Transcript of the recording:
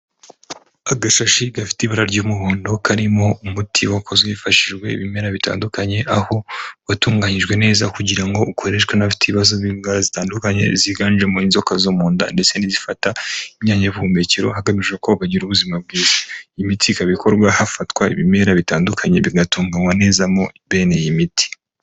Agashashi gafite ibara ry'umuhondo karimo umuti wakozwe hifashishijwe ibimera bitandukanye, aho watunganyijwe neza kugira ngo ukoreshwe n'abafite ibibazo by'indwara zitandukanye ziganjemo inzoka zo mu nda ndetse n'izifata imyanya y'ubuhumekero hagamijwe ko bagira ubuzima bwiza. Imiti ikaba ikorwa hafatwa ibimera bitandukanye bigatunganywa neza mo bene iyi miti.